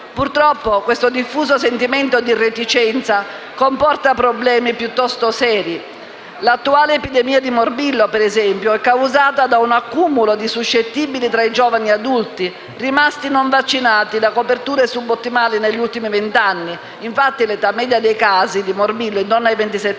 Purtroppo questo diffuso sentimento di reticenza comporta problemi piuttosto seri: l'attuale epidemia di morbillo, per esempio, è causata da un accumulo di soggetti suscettibili tra i giovani adulti, rimasti non vaccinati da coperture sub ottimali negli ultimi vent'anni (infatti l'età media dei casi di morbillo è intorno ai